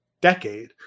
decade